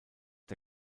der